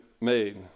made